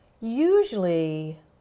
Usually